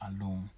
alone